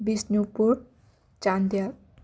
Bishnupur Chandel